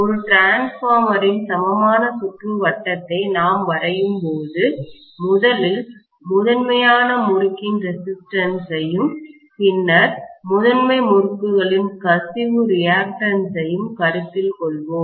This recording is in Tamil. ஒரு டிரான்ஸ்பார்மரின்மின்மாற்றியின் சமமான சுற்றுவட்டத்தை நாம் வரையும்போது முதலில் முதன்மையான முறுக்கின் ரெசிஸ்டன்ஸ் யும் பின்னர் முதன்மை முறுக்குகளின் கசிவு ரியாக்டன்ஸ் யையும் கருத்தில் கொள்ளப் போகிறோம்